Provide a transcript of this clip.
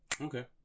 okay